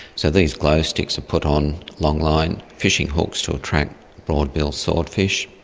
so these glow sticks are put on longline fishing hooks to attract broad-bill swordfish,